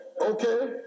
Okay